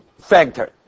factor